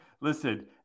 Listen